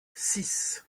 six